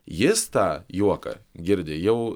jis tą juoką girdi jau